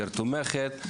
יותר תומכת,